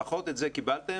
לפחות את זה קיבלתם?